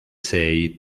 sei